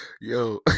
Yo